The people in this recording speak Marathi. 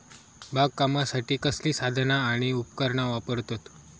बागकामासाठी कसली साधना आणि उपकरणा वापरतत?